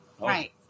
Right